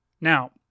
Now